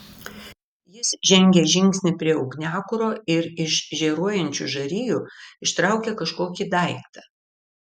jis žengė žingsnį prie ugniakuro ir iš žėruojančių žarijų ištraukė kažkokį daiktą